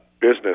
business